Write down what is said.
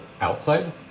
outside